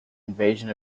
invasion